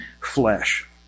flesh